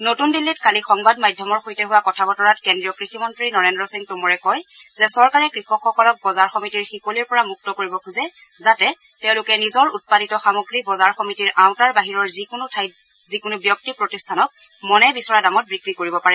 নতুন দিল্লীত কালি সংবাদ মাধ্যমৰ সৈতে হোৱ কথা বতৰাত কেন্দ্ৰীয় কৃষিমন্ত্ৰী নৰেন্দ্ৰ সিং টোমৰে কয় যে চৰকাৰে কৃষকসকলক বজাৰ সমিতিৰ শিকলিৰ পৰা মুক্ত কৰিব খোজে যাতে তেওঁলোকে নিজৰ উৎপাদিত সামগ্ৰী বজাৰ সমিতিৰ আওতাৰ বাহিৰৰ যিকোনো ঠাইত যিকোনো ব্যক্তি প্ৰতিষ্ঠানক মনে বিচৰা দামত বিক্ৰী কৰিব পাৰে